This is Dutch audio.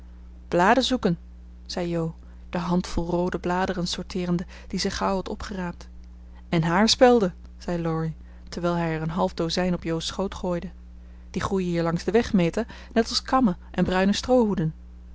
bladen zoeken zei jo de handvol roode bladeren sorteerende die zij gauw had opgeraapt en haarspelden zei laurie terwijl hij er een half dozijn op jo's schoot gooide die groeien hier langs den weg meta net als kammen en bruine stroohoeden